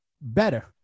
better